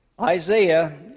Isaiah